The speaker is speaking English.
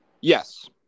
Yes